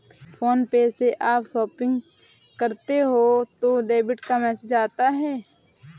phone पे से आप शॉपिंग करते हो तो डेबिट का मैसेज आता है